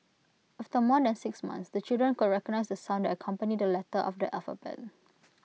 after more than six months the children could recognise the sounds that accompany the letter of the alphabet